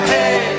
Hey